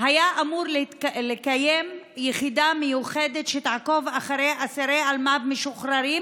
היה אמור להקים יחידה מיוחדת שתעקוב אחרי אסירי אלמ"ב משוחררים,